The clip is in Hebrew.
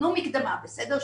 תנו מקדמה, בסדר?